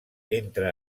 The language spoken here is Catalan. entre